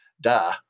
Duh